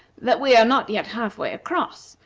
that we are not yet half-way across,